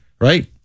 Right